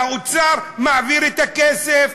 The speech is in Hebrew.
והאוצר מעביר את הכסף,